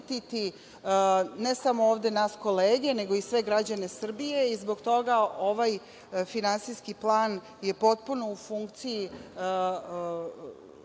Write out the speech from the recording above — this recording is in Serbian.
ne samo ovde nas kolege, nego i sve građane Srbije i zbog toga ovaj finansijski plan je potpuno u funkciji